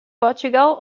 portugal